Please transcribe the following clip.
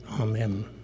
Amen